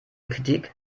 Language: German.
kritik